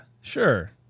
Sure